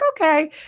okay